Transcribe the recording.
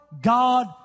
God